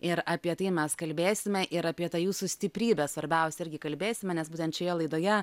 ir apie tai mes kalbėsime ir apie tą jūsų stiprybę svarbiausia irgi kalbėsime nes būtent šioje laidoje